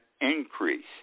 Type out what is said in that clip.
increase